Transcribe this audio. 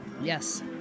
Yes